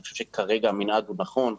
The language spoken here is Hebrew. אני חושב שכרגע המנעד הוא נכון.